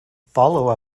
follow